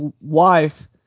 wife